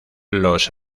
los